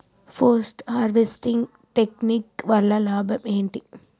Post harvesting technique వల్ల లాభం ఏంటి?